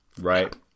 right